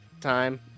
time